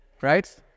right